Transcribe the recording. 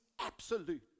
absolute